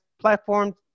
platform